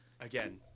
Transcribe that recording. again